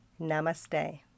Namaste